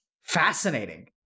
Fascinating